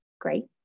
great